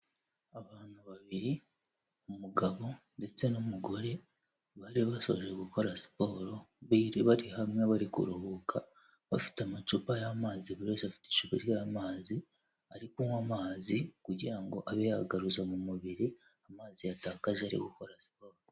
Abantu babiri umugabo ndetse n'umugore bari basoje gukora siporo, bari hamwe bari kuruhuka bafite amacupa y'amazi, buri wese afite icupa ry'amazi, ari kunywa amazi kugira ngo abe yagaruza mu mubiri amazi yatakaje ari gukora siporo.